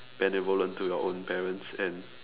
benevolent to your own parents and